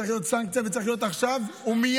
צריכה להיות סנקציה וצריך להיות עכשיו ומייד,